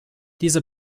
diese